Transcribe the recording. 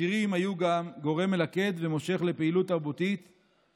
השירים היו גם גורם מלכד ומושך לפעילות תרבותית,